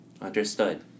Understood